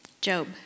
Job